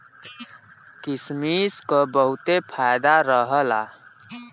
किसमिस क बहुते फायदा रहला